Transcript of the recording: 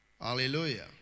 Hallelujah